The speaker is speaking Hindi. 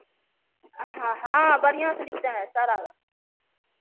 हाँ हाँ बढ़ियाँ से लिखते हैं सर और